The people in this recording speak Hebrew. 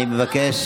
אני מבקש